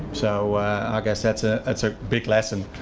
so i guess that's a that's a big lesson.